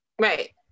Right